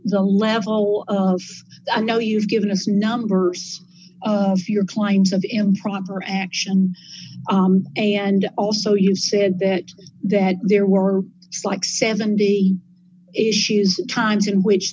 the level i know you've given us numbers of your clients and improper action and also you said that that there were like seventy issues times in which